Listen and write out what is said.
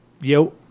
yo